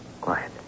Quiet